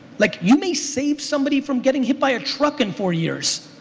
like you may save somebody from getting hit by a truck in four years.